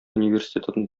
университетын